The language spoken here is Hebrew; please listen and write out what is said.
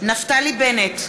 נפתלי בנט,